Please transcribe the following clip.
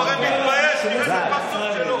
הוא הרי מתבייש, תראה את הפרצוף שלו.